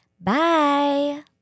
Bye